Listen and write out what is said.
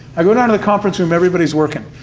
i go down to the conference room, everybody's working.